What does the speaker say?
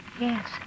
Yes